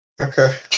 Okay